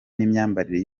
n’imyambarire